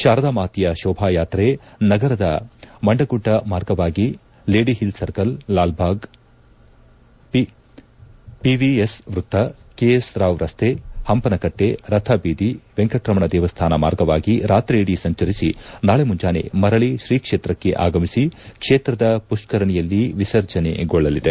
ಶಾರದಾಮಾತೆಯ ಶೋಭಾಯಾತ್ರೆ ನಗರದ ಮಣ್ಣಗುಡ್ಡ ಮಾರ್ಗವಾಗಿ Ladyhill circle Lal Bagh PAS ವೃತ್ತ ಕೆಎಸ್ ರಾವ್ ರಸ್ತೆ ಪಂಪನಕಟ್ಟೆ ರಥ ಬೀದಿ ವೆಂಕಟ್ರಮಣ ದೇವಸ್ಥಾನ ಮಾರ್ಗವಾಗಿ ರಾತ್ರಿಯಿಡೀ ಸಂಚರಿಸಿ ನಾಳೆ ಮುಂಜಾನೆ ಮರಳಿ ಶ್ರೀಕ್ಷೇತ್ರಕ್ಕೆ ಆಗಮಿಸಿ ಕ್ಷೇತ್ರದ ಪುಷ್ಕರಣಿಯಲ್ಲಿ ವಿಸರ್ಜನೆಗೊಳ್ಳಲಿದೆ